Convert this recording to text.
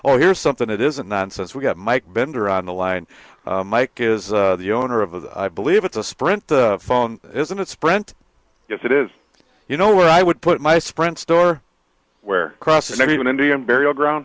oh here's something that isn't nonsense we've got mike bender on the line mike is the owner of the i believe it's a sprint phone isn't it sprint yes it is you know where i would put my sprint store where cross never even indian burial ground